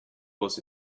was